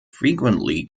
frequently